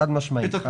חד משמעית.